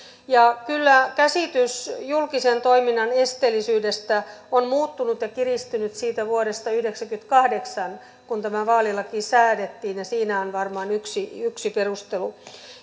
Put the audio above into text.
kyllä käsitys julkisen toiminnan esteellisyydestä on muuttunut ja kiristynyt siitä vuodesta yhdeksänkymmentäkahdeksan kun tämä vaalilaki säädettiin ja siinä on varmaan yksi yksi perustelu